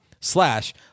slash